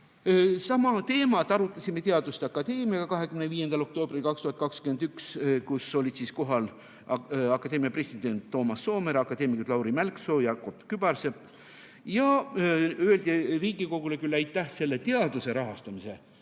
Sama teemat arutasime teaduste akadeemiaga 25. oktoobril 2021, kus olid kohal akadeemia president Tarmo Soomere ning akadeemikud Lauri Mälksoo ja Jakob Kübarsepp. Ja öeldi Riigikogule küll aitäh selle teaduse rahastamise